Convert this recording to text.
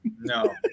No